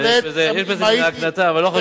אבל לכתוב את זה, יש בזה מין ההקנטה, אבל לא חשוב.